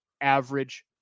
average